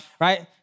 right